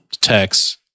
text